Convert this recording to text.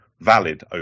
valid